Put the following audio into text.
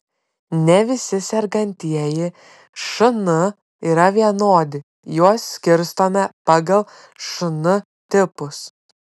ne visi sergantieji šn yra vienodi juos skirstome pagal šn tipus